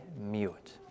mute